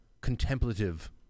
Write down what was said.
contemplative